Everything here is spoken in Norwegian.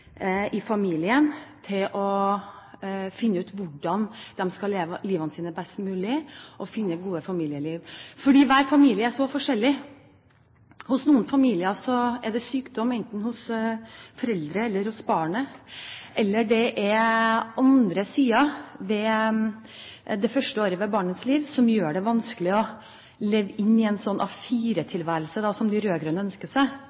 i familien til å finne ut hvordan de skal leve livet sitt best mulig og finne det gode familieliv, fordi hver familie er så forskjellig. Hos noen familier er det sykdom, enten hos foreldre eller hos barnet, eller det er andre sider ved det første året av barnets liv som gjør det vanskelig å leve i en slik A4-tilværelse som de rød-grønne ønsker seg.